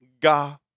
God